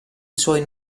suoi